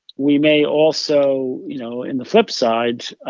we may also you know, in the flip side,